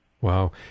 Wow